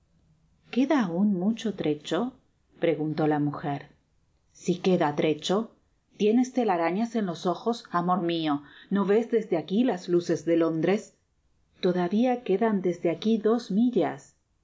queda aun mucho trecho preguntó la mujer si queda trecho tienes telarañas en los ojos amor mio no ves desde aqui las luces de londres todavia quedan desde aqui dos millas